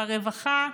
ברווחה,